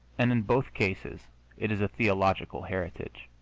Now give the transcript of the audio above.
and in both cases it is a theological heritage.